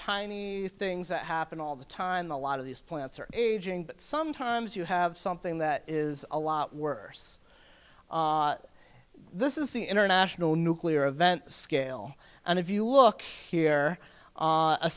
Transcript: tiny things that happen all the time the lot of these plants are aging but sometimes you have something that is a lot worse this is the international nuclear event scale and if you look here